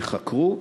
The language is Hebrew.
ייחקרו,